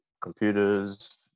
computers